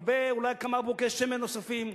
הרבה, אולי כמה בקבוקי שמן נוספים.